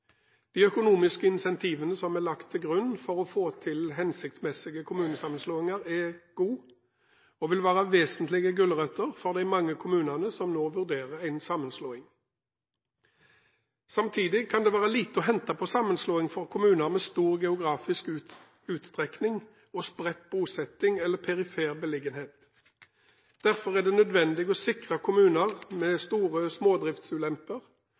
De økonomiske incentivene som er lagt til grunn for å få til hensiktsmessige kommunesammenslåinger, er gode og vil være vesentlige gulrøtter for de mange kommunene som nå vurderer en sammenslåing. Samtidig kan det være lite å hente på sammenslåing for kommuner med stor geografisk utstrekning og spredt bosetting eller perifer beliggenhet. Derfor er det nødvendig å sikre kommuner med store smådriftsulemper og små